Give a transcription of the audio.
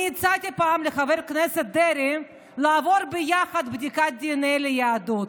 הצעתי פעם לחבר הכנסת דרעי לעבור ביחד בדיקת דנ"א ליהדות.